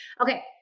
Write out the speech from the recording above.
Okay